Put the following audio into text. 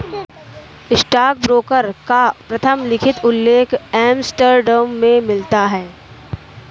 stockbroker का प्रथम लिखित उल्लेख एम्स्टर्डम में मिलता है